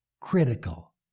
critical